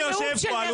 תראה מי יושב כאן.